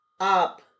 up